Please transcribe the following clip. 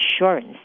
insurance